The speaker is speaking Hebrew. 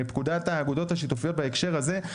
פקודת האגודות השיתופיות בהקשר הזה.